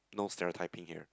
no stereotyping here